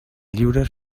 lliures